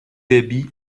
dabi